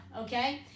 okay